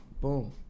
Boom